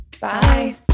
Bye